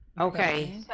Okay